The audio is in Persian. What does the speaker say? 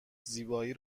زیبایی